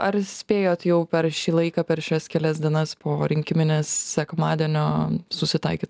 ar spėjot jau per šį laiką per šias kelias dienas porinkimines sekmadienio susitaikyt